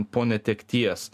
po netekties